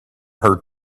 her